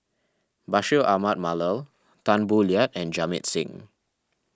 Bashir Ahmad Mallal Tan Boo Liat and Jamit Singh